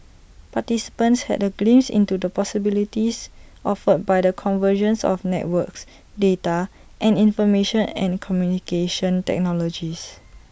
participants had A glimpse into the possibilities offered by the convergence of networks data and information and communication technologies